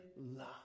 love